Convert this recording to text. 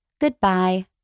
Goodbye